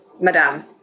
madam